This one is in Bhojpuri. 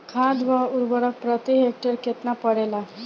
खाद व उर्वरक प्रति हेक्टेयर केतना परेला?